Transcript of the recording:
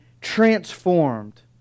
transformed